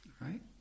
Right